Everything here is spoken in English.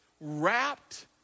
wrapped